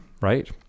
right